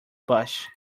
bush